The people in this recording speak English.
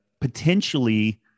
potentially